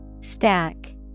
Stack